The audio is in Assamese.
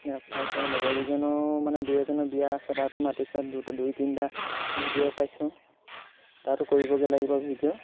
এতিয়া তাৰপৰা এতিয়া লগৰকেইজনেও মানে দুই এজনৰ বিয়া আছে তাতো মাতিছে দুটা দুই তিনিটা ভিডিঅ' পাইছোঁ তাতো কৰিবগৈ লাগিব ভিডিঅ'